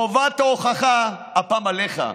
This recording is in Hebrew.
חובת ההוכחה הפעם עליך.